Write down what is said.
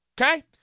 Okay